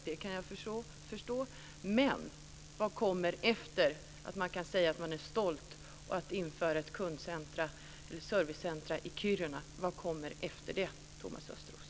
Det kan jag förstå, men vad kommer efter som gör att man kan säga att man är stolt när man inför ett servicecentra i Kiruna? Vad kommer efter det, Thomas Östros?